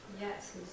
Yes